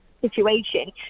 situation